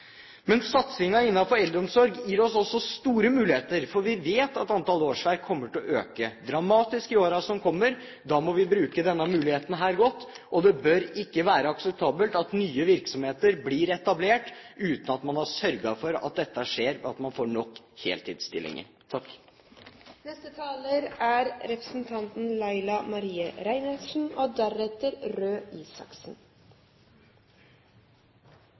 Men satsingen innenfor eldreomsorg gir oss også store muligheter, for vi vet at antall årsverk kommer til å øke dramatisk i årene som kommer. Da må vi bruke denne muligheten godt, og det bør ikke være akseptabelt at nye virksomheter blir etablert uten at man har sørget for at man får nok heltidsstillinger. Tusen takk til interpellanten for at ho tek opp eit viktig tema, som gjeld svært mange. Det er